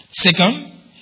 Second